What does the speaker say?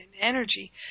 energy